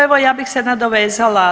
Evo ja bih se nadovezala.